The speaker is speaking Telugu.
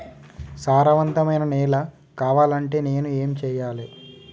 సారవంతమైన నేల కావాలంటే నేను ఏం చెయ్యాలే?